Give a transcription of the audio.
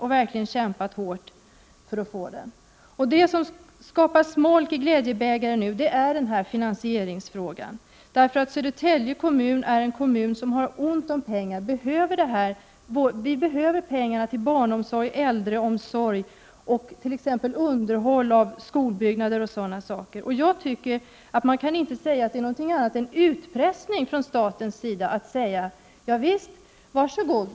Vi har verkligen kämpat hårt för att få den till stånd. Det som nu skapar smolk i glädjebägaren är finansieringsfrågan. Södertälje kommun är en kommun som har ont om pengar. Pengarna behövs i stället till barnomsorg, till äldreomsorg och t.ex. till underhåll av skolbyggnader. Enligt min mening är det inte någonting annat än utpressning från statens sida när man säger: Javisst, var så god!